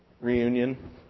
reunion